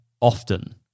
often